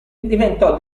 diventò